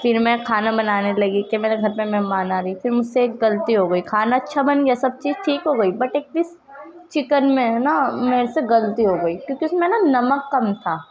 پھر میں کھانا بنانے لگی کہ میرے گھر پہ مہمان آ رہے پھر مجھ سے ایک غلطی ہو گئی كھانا اچّھا بن گیا سب چیز ٹھیک ہوگئی بٹ ایک چیز چکن میں ہے نا میرے سے غلطی ہو گئی کیونکہ اس میں نا نمک کم تھا